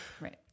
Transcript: Right